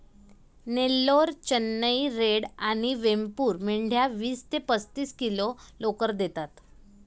Nellore, Chennai red आणि वेमपूर मेंढ्या वीस ते पस्तीस किलो लोकर देतात